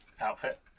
outfit